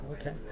Okay